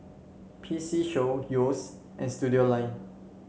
P C Show Yeo's and Studioline